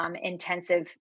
Intensive